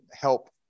help